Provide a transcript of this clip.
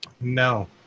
No